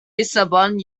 lissabon